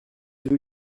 rue